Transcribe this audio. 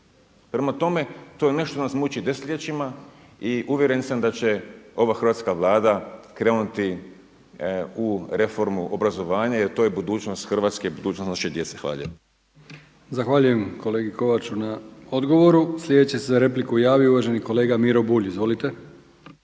Prema tome, to je nešto što nas muči desetljećima i uvjeren sam da će ova hrvatska Vlada krenuti u reformu obrazovanja jer to je budućnost Hrvatske, budućnost naše djece. Hvala lijepa. **Brkić, Milijan (HDZ)** Zahvaljujem kolegi Kovaču na odgovoru. Slijedeći se za repliku javio uvaženi kolega Miro Bulj. Izvolite.